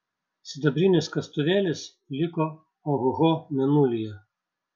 sidabrinis kastuvėlis liko ohoho mėnulyje